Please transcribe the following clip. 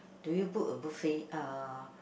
do you book a buffet uh